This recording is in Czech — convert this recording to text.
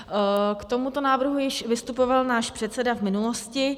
K tomuto návrhu již vystupoval náš předseda v minulosti.